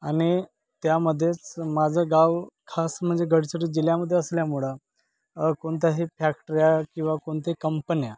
आणि त्यामध्येच माझं गाव खास म्हणजे गडचिरोली जिल्ह्यामध्ये असल्यामुळं कोणत्याही फॅक्टऱ्या किंवा कोणत्याही कंपन्या